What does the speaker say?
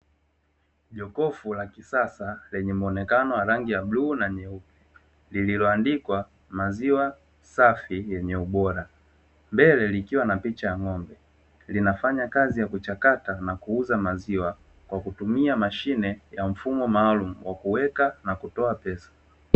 Jokofu la kisasa lenye muonekano wa rangi ya bluu na nyeupe lililoandikwa maziwa safi yenye ubora, mbele likiwa na picha ya ng'ombe linafanya kazi ya kuchakata na kuuza maziwa kwa kutumia mashine ya mfumo maalumu wa kuweka na kutoa pesa.